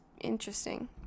interesting